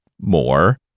more